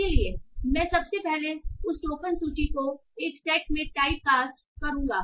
इसलिए मैं सबसे पहले उस टोकन सूची को एक सेट में टाइप कास्ट करूँगा